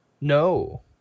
No